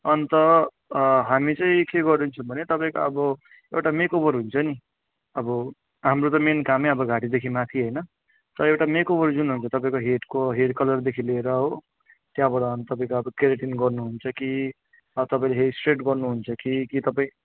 अन्त हामी चाहिँ के गरिदिन्छौँ भने तपाईँको अब एउटा मेकओबर हुन्छ नि अब हाम्रो त मेन कामै अब घाँटीदेखि माथि होइन तर एउटा मेकओबर जुन हुन्छ तपाईँको हेडको हेयरकलरदेखि लिएर हो त्यहाँबाट अन्त तपाईँको अब केरेटिन गर्नुहुन्छ कि तपाईँले हेयर स्ट्रेट गर्नुहुन्छ कि कि तपाईँ